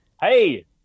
Hey